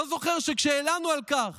לא זוכר שכשהלנו על כך